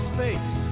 Space